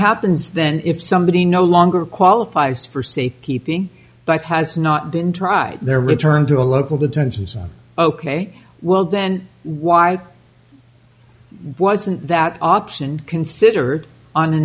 happens then if somebody no longer qualifies for safe keeping but has not been tried their return to a local detention some ok well then why wasn't that option considered on a